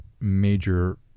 major